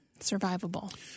survivable